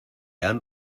han